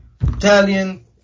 Italian